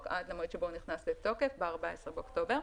עד למועד שבו הוא נכנס לתוקף ב-14 באוקטובר,